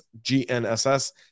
GNSS